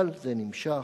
אבל זה נמשך.